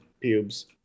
pubes